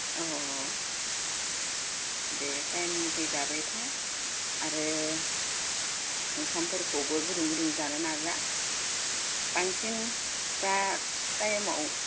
अह दे टाइम मथे जाबाय था आरो ओंखामफोरखौबो गुदुं गुदुं जानो नाजा बांसिन दा टाइमआव